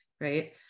right